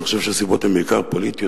אני חושב שהסיבות הן בעיקר פוליטיות,